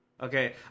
Okay